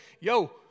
yo